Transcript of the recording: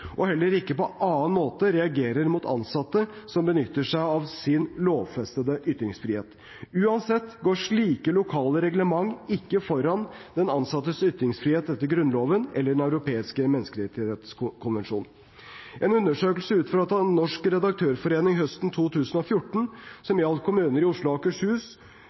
og heller ikke på annen måte reagerer mot ansatte som benytter seg av sin lovfestede ytringsfrihet. Uansett går slike lokale reglement ikke foran den ansattes ytringsfrihet etter Grunnloven eller Den europeiske menneskerettskonvensjonen. En undersøkelse utført av Norsk Redaktørforening høsten 2014 som gjaldt kommuner i Oslo og Akershus